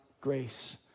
grace